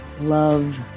love